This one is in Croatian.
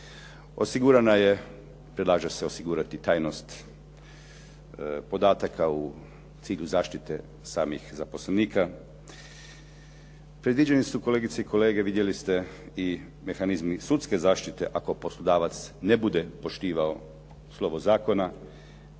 podvučeno, predlaže se osigurati tajnost podataka u cilju zaštite samih zaposlenika. Predviđeni su kolegice i kolege vidjeli ste i mehanizmi sudske zaštite ako poslodavac ne bude poštivao slovo zakona,